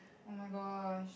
oh-my-gosh